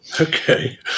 okay